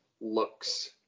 looks